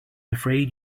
afraid